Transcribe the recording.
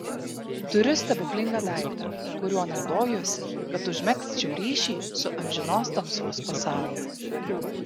turiu stebuklingą daiktą kuriuo naudojuosi kad užmegzčiau ryšį su amžinos tamsos pasauliu